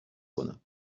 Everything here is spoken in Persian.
کنم